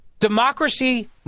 Democracy